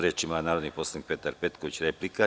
Reč ima narodni poslanik Petar Petković, replika.